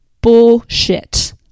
Bullshit